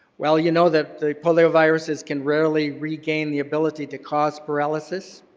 well, you know that the polioviruses can rarely regain the ability to cause paralysis.